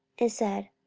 and said,